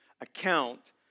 account